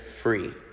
free